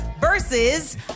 versus